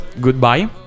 goodbye